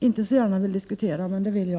inte så gärna vill diskutera, men det vill jag.